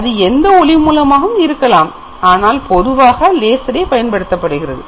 அது எந்த ஒளி மூலமாகவும் இருக்கலாம் ஆனால் பொதுவாக லேசரே பயன்படுத்தப்படுகிறது